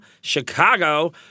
Chicago